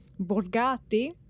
Borgati